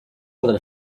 all